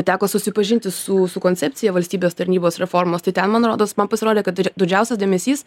teko susipažinti su su koncepcija valstybės tarnybos reformos tai ten man rodos man pasirodė kad didžiausias dėmesys